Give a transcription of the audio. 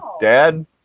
dad